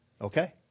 okay